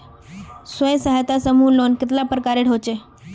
स्वयं सहायता समूह लोन कतेला प्रकारेर होचे?